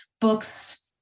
books